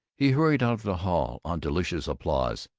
he hurried out of the hall on delicious applause,